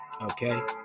Okay